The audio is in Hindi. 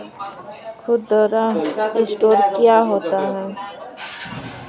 खुदरा स्टोर क्या होता है?